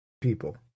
people